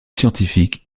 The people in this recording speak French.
scientifiques